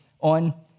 on